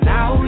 Now